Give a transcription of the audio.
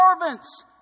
Servants